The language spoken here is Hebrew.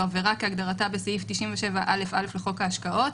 עבירה כהגדרתה בסעיף 97א(א) לחוק ההשקעות,